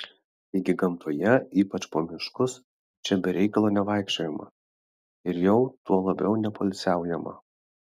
taigi gamtoje ypač po miškus čia be reikalo nevaikščiojama ir jau tuo labiau nepoilsiaujama